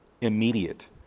immediate